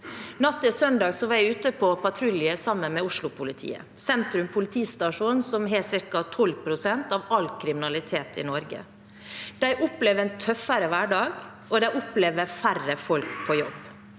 Natt til søndag var jeg ute på patrulje sammen med Oslo-politiet, nærmere bestemt Sentrum politistasjon, som har ca. 12 pst. av all kriminalitet i Norge. De opplever en tøffere hverdag, og de opplever færre folk på jobb.